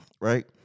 right